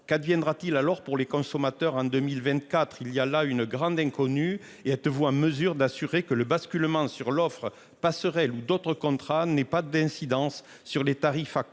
Qu'adviendra-t-il alors pour les consommateurs. En 2024, il y a là une grande inconnue et à tu vois mesure d'assurer que le basculement sur l'offre passerelles ou d'autres contrats n'est pas d'incidence sur les tarifs à